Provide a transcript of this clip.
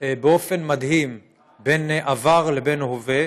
באופן מדהים בין עבר לבין הווה,